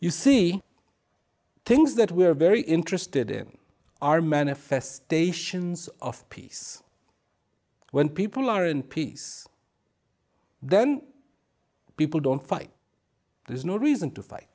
you see things that we are very interested in are manifestations of peace when people aren't peace then people don't fight there's no reason to fight